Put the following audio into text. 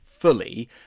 fully